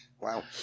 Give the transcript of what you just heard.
Wow